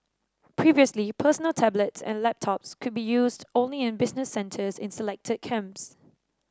previously personal tablets and laptops could be used only in business centres in selected camps